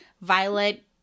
Violet